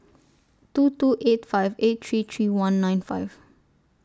two two eight five eight three three one nine five